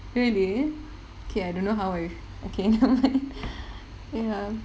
really okay I don't know how I okay ya